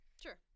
Sure